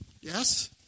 Yes